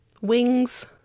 Wings